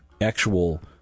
actual